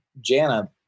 Jana